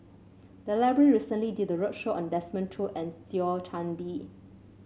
the library recently did a roadshow on Desmond Choo and Thio Chan Bee